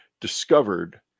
discovered